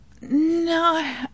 no